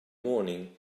morning